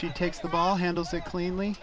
she takes the ball handles it cleanly